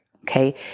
okay